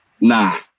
Nah